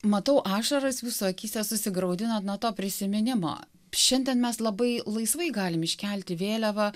matau ašaras jūsų akyse susigraudinot nuo to prisiminimo šiandien mes labai laisvai galim iškelti vėliavą